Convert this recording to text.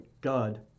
God